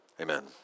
amen